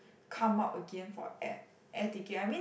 come out again for air air ticket I mean